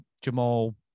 Jamal